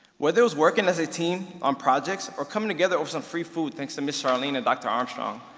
whether it was working as a team on projects, or coming together over some free food, thanks to ms. charlene and dr. armstrong,